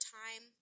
time